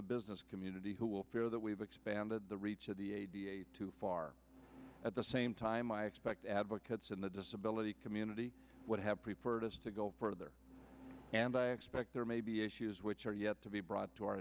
the business community who will fear that we've expanded the reach far at the same time i expect advocates in the disability community would have preferred us to go further and i expect there may be issues which are yet to be brought to our